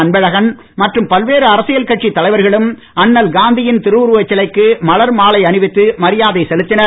அன்பழகன் மற்றும் பல்வேறு அரசியல் கட்சித் தலைவரும் அண்ணல் காந்தியின் திருவுருவச் சிலைக்கு மலர் மாலை அணிவித்து மரியாதை செலுத்தினர்